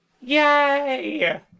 Yay